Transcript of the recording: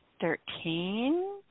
thirteen